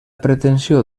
pretensió